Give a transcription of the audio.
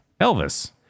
Elvis